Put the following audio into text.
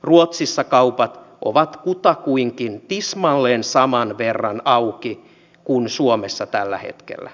ruotsissa kaupat ovat kutakuinkin tismalleen saman verran auki kuin suomessa tällä hetkellä